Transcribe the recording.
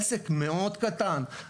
עסק מאוד קטן,